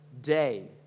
day